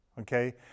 okay